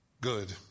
good